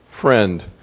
Friend